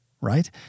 right